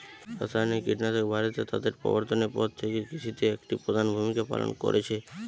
রাসায়নিক কীটনাশক ভারতে তাদের প্রবর্তনের পর থেকে কৃষিতে একটি প্রধান ভূমিকা পালন করেছে